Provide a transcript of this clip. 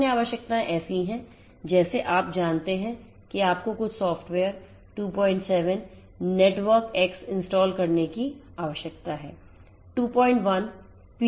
अन्य आवश्यकताएं ऐसी हैं जैसे आप जानते हैं कि आपको कुछ सॉफ़्टवेयर 27 नेटवर्कएक्स इंस्टॉल करने की आवश्यकता है